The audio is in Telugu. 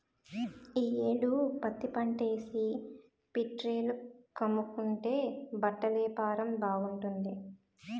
ఈ యేడు పత్తిపంటేసి ఫేట్రీల కమ్ముకుంటే బట్టలేపారం బాగుంటాది